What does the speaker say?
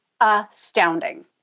astounding